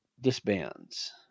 disbands